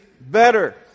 better